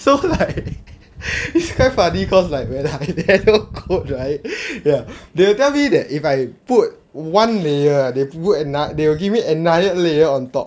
so like it's quite funny cause like when I nano coat right ya they will tell me that if I put one layer ah they will put they will give me another layer on top